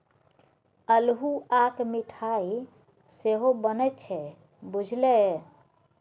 अल्हुआक मिठाई सेहो बनैत छै बुझल ये?